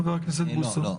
חבר הכנסת בוסו?